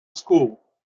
school